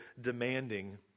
demanding